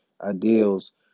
ideals